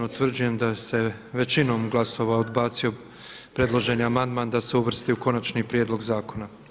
Utvrđujem da se većinom glasova odbacio predloženi amandman da se uvrsti u konačni prijedlog zakona.